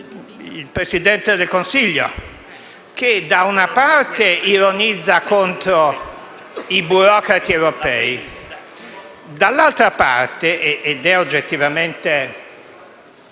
il Presidente del Consiglio, da una parte, ironizzare contro i burocrati europei, dall'altra parte (ed è oggettivamente